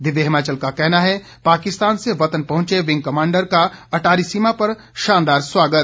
दिव्य हिमाचल का कहना है पाकिस्तान से वतन पहुंचे विंग कमांडर का अटारी सीमा पर शानदार स्वागत